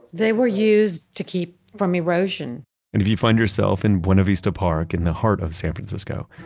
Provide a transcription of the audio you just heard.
they were used to keep from erosion and if you find yourself in buena vista park, in the heart of san francisco,